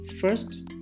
first